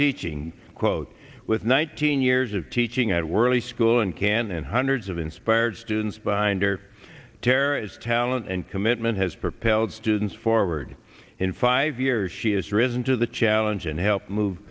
teaching quote with nineteen years of teaching at worli school and can and hundreds of inspired students binder terror is talent and commitment has propelled students forward in five years she has risen to the challenge and helped move